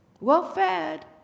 well-fed